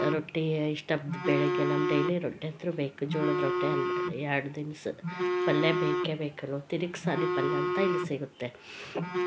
ರೊಟ್ಟಿ ಇಷ್ಟ ಬೆಳಗ್ಗೆ ನಮ್ಮ ಡೈಲಿ ರೊಟ್ಟಿಯಂತ್ರು ಬೇಕು ಜೋಳದ ರೊಟ್ಟೆ ಮಾಡಿ ಎರಡು ದಿನ್ಸ ಪಲ್ಲೆ ಬೇಕೇ ಬೇಕು ರೊಟ್ಟಿದಿಕ್ಕೆ ಸಾದಿ ಪಲ್ಲೆ ಅಂತ ಇಲ್ಲಿ ಸಿಗುತ್ತೆ